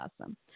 awesome